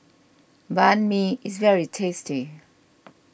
Banh Mi is very tasty